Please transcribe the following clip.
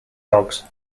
dogs